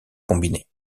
combinées